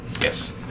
Yes